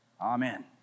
Amen